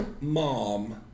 mom